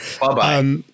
Bye-bye